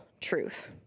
truth